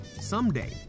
Someday